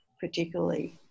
particularly